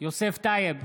יוסף טייב,